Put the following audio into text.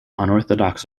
unorthodox